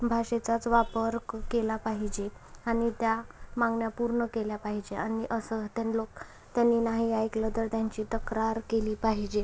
भाषेचाच वापर क केला पाहिजे आणि त्या मागण्या पूर्ण केल्या पाहिजे आणि असं तन लोक त्यांनी नाही ऐकलं तर त्यांची तक्रार केली पाहिजे